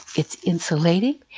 it's insulating,